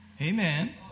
Amen